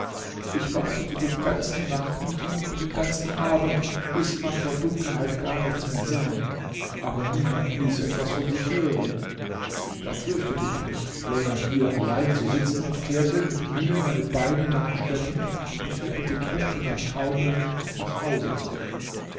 ich wartete den ganzen nachmittag und den ganzen abend bis man vor dunkelheit gar nichts mehr sah aber niemand ließ etwas von sich hören da fürchtete ich mich länger hier allein zu sitzen und kehrte mit mühe meine beine nachschleppend und wie ein betrunkener taumelnd nach hause zurück